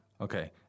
Okay